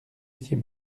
étiez